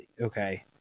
Okay